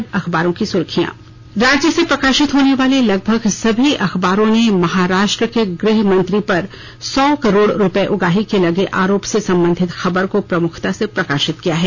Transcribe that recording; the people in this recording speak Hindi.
और अब अखबारों की सुर्खियां राज्य से प्रकाशित होने वाले लगभग सभी अखबारों ने महाराष्ट्र के गृह मंत्री पर सौ करोड़ रूपये उगाही के लगे आरोप से संबंधित खबर को प्रमुखता से प्रकाशित किया है